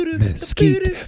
mesquite